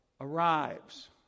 arrives